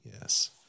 yes